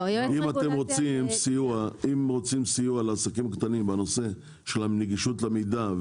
אם רוצים סיוע לעסקים קטנים בנושא הנגישות למידע,